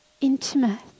intimate